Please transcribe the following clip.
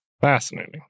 Fascinating